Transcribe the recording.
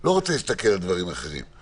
לא רוצה להסתכל על דברים אחרים.